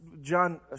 John